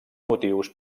motius